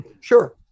Sure